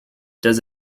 does